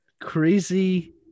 crazy